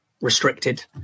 restricted